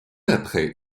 après